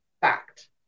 fact